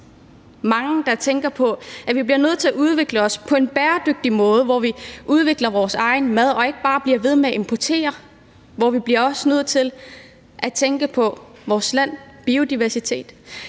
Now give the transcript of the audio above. Mange tænker på, at vi bliver nødt til at udvikle os på en bæredygtig måde, hvor vi udvikler vores egen mad og ikke bare bliver ved med at importere mad, fordi vi også bliver nødt til at tænke på vores lands biodiversitet.